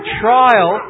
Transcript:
trial